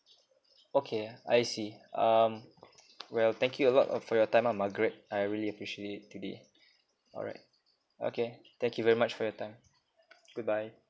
okay I see um well thank you a lot of for your time ah margaret I really appreciate it today alright okay thank you very much for your time goodbye